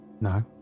No